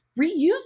reuse